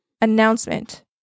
announcement